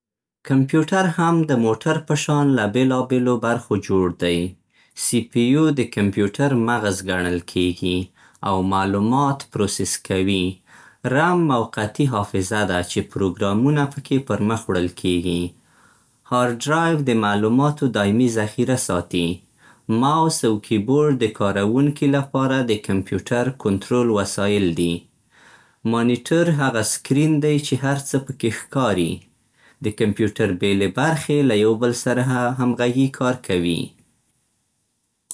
کمپیوټر هم د موټر په شان له بېلابېلو برخو جوړ دی. سي پي يو د کمپیوټر مغز ګڼل کېږي او معلومات پروسس کوي. رم موقتي حافظه ده، چې پروګرامونه پکې پرمخ وړل کېږي. هارډ ډرايو د معلوماتو دایمي ذخیره ساتي. ماوس او کیبورډ د کارونکي لپاره د کمپیوټر کنټرول وسایل دي. مانېټر هغه سکرین دی چې هر څه پکې ښکاري. د کمپیوټر بيلې برخې له يو بل سره همغږي کار کوي.